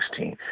2016